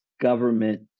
government